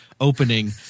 opening